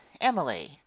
emily